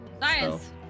Nice